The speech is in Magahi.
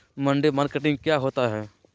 मंडी मार्केटिंग क्या होता है?